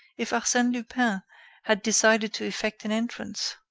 if arsene lupin had decided to effect an entrance?